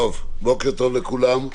בוקר טוב לכולם.